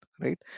right